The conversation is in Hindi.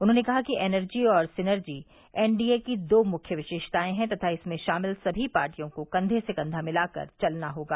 उन्होंने कहा कि एनर्जी और सिनेर्जी एनडीए की दो मुख्य विशेषताएं हैं तथा इसमें शामिल सभी पार्टियों को कंघे से कंधा मिलाकर चलना होगा